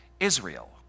Israel